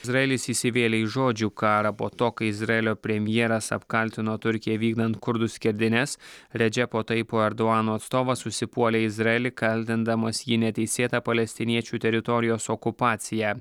izraelis įsivėlė į žodžių karą po to kai izraelio premjeras apkaltino turkiją vykdant kurdų skerdynes redžepo taipo erdoano atstovas užsipuolė izraelį kaltindamas jį neteisėta palestiniečių teritorijos okupacija